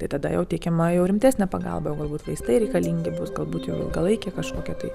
tai tada jau teikiama jau rimtesnė pagalba jau galbūt vaistai reikalingi bus galbūt jau ilgalaikė kažkokia tai